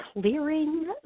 clearing